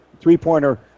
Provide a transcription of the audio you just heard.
three-pointer